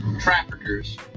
traffickers